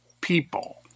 people